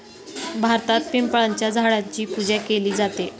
भारतात पिंपळाच्या झाडाची पूजा केली जाते